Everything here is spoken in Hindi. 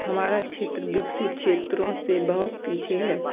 हमारा क्षेत्र विकसित क्षेत्रों से बहुत पीछे है